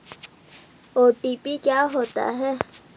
OTP क्या होता है?